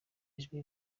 ijwi